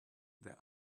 their